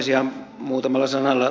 ihan muutamalla sanalla